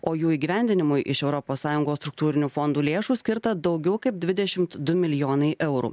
o jų įgyvendinimui iš europos sąjungos struktūrinių fondų lėšų skirta daugiau kaip dvidešimt du milijonai eurų